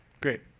Great